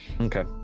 Okay